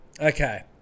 Okay